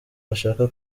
bashaka